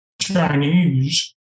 Chinese